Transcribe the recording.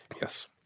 Yes